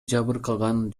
жабыркаган